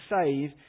save